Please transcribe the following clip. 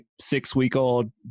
six-week-old